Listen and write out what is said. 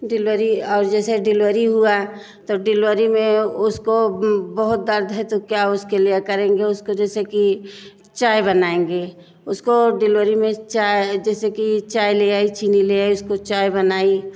delivery और जैसे delivery हुआ तो डिलवरी में उसको बहुत दर्द है तो क्या उसके लिए करेंगे जैसे कि चाय बनाएंगे उसको डिलवरी में चाय जैसे कि चाय ले आई चीनी ले आई चाय बनाई